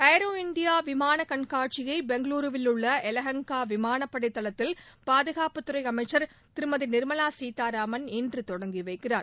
aero India விமான கண்காட்சியை பெங்களுருவில் உள்ள எலஹன்கா விமானப்படை தளத்தில் பாதுகாப்பு அமைச்சர் திருமதி நிர்மலா சீதாராமன் இன்று தொடங்கி வைக்கிறார்